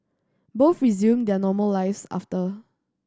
both resumed their normal lives after